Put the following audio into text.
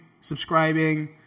subscribing